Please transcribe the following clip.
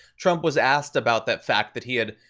trump was asked about that fact that he had,